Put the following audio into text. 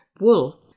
wool